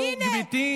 גברתי.